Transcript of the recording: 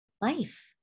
life